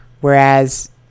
whereas